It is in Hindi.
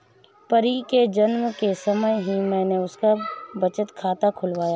परी के जन्म के समय ही मैने उसका बचत खाता खुलवाया था